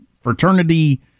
fraternity